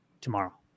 tomorrow